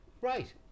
Right